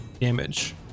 damage